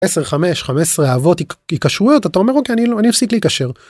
עשר, חמש, חמש עשרה אהבות, כי היקשרויות אתה אומר אוקיי אני לא אני אפסיק להיקשר.